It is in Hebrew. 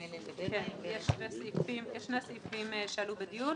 יש שני סעיפים שעלו בדיון.